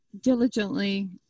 diligently